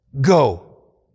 go